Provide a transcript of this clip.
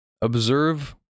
Observe